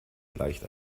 gleicht